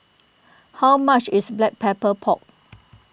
how much is Black Pepper Pork